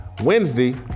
Wednesday